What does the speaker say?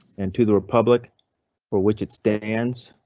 and to the republic for which it stands,